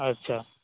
अच्छा